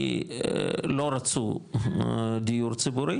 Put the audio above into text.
כי לא רצו דיור ציבורי